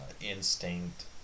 instinct